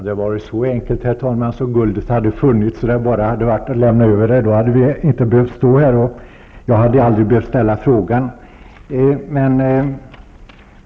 Herr talman! Hade det varit så enkelt att guldet hade funnits här och det bara hade varit att lämna över det, hade vi inte behövt stå här, och jag hade aldrig behövt ställa frågan.